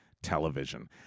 television